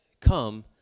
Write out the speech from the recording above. come